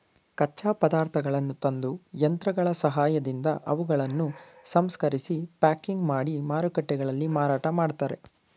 ಕಚ್ಚಾ ಪದಾರ್ಥಗಳನ್ನು ತಂದು, ಯಂತ್ರಗಳ ಸಹಾಯದಿಂದ ಅವುಗಳನ್ನು ಸಂಸ್ಕರಿಸಿ ಪ್ಯಾಕಿಂಗ್ ಮಾಡಿ ಮಾರುಕಟ್ಟೆಗಳಲ್ಲಿ ಮಾರಾಟ ಮಾಡ್ತರೆ